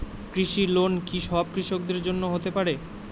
কৃষি লোন কি সব কৃষকদের জন্য হতে পারে?